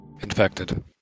infected